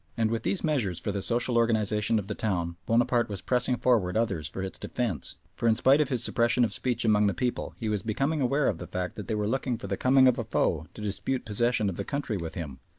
and with these measures for the social organisation of the town bonaparte was pressing forward others for its defence, for in spite of his suppression of speech among the people he was becoming aware of the fact that they were looking for the coming of a foe to dispute possession of the country with him,